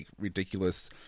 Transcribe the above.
ridiculous –